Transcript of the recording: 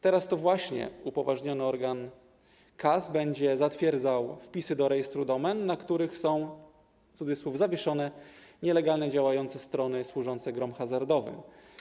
Teraz to właśnie upoważniony organ KAS będzie zatwierdzał wpisy do rejestru domen, na których są, w cudzysłowie, zawieszone nielegalnie działające strony służące grom hazardowym.